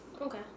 Okay